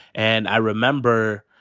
and i remember,